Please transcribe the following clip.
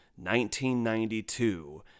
1992